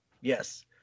Yes